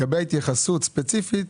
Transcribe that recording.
התייחסות ספציפית